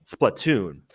Splatoon